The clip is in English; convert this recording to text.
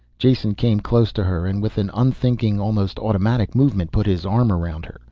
jason came close to her and with an unthinking, almost automatic movement, put his arm around her.